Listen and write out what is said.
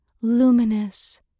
luminous